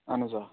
اَہن حظ آ